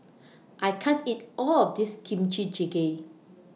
I can't eat All of This Kimchi Jjigae